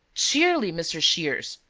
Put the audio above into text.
cheerly, mr. shears!